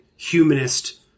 humanist